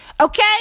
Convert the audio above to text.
okay